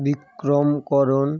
Vikram Karan